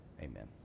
amen